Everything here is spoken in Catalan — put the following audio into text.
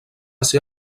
ser